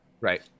Right